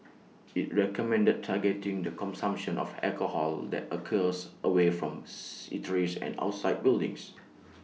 IT recommended targeting the consumption of alcohol that occurs away from and outside buildings